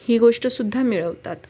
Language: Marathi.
ही गोष्टसुद्धा मिळवतात